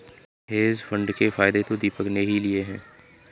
hedge fund के फायदे तो दीपक ने ही लिए है